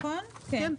כן.